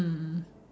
mm